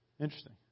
Interesting